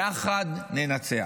יחד ננצח.